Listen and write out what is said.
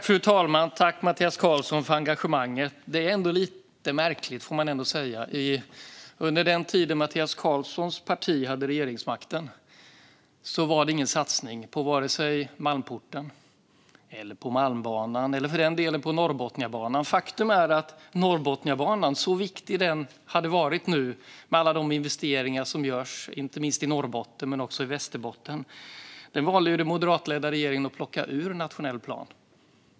Fru talman! Tack, Mattias Karlsson, för engagemanget! Jag får ändå säga att det här är lite märkligt. Under den tid då Mattias Karlssons parti hade regeringsmakten gjordes ingen satsning på vare sig Malmporten eller Malmbanan eller, för den delen, på Norrbotniabanan. Faktum är att Norrbotniabanan hade varit väldigt viktig nu med alla de investeringar som görs inte minst i Norrbotten men också i Västerbotten. Men den valde den moderatledda regeringen att plocka bort ur den nationella planen.